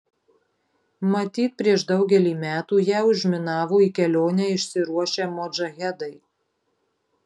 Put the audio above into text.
matyt prieš daugelį metų ją užminavo į kelionę išsiruošę modžahedai